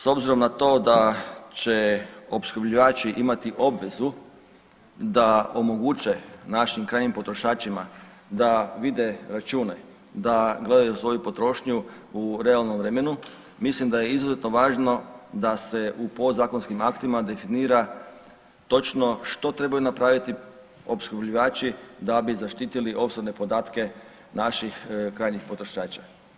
S obzirom na to da će opskrbljivači imati obvezu da omoguće našim krajnjim potrošačima da vide račune, da gledaju svoju potrošnju u realnom vremenu mislim da je izuzetno važno da se u podzakonskim aktima definira točno što trebaju napraviti opskrbljivači da bi zaštitili osobne podatke naših krajnjih potrošača.